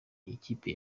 ikipe